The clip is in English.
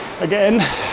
again